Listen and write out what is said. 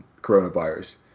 coronavirus